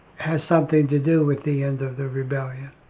has something to do with the end of the rebellion?